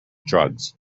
drugs